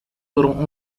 aurons